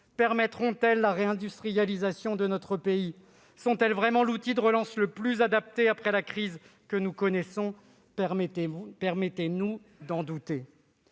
Permettront-elles la réindustrialisation de notre pays ? Sont-elles vraiment l'outil de relance le plus adapté après la crise que nous connaissons ? Permettez-nous d'en douter.